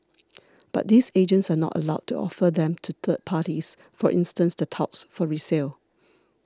but these agents are not allowed to offer them to third parties for instance the touts for resale